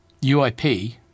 UIP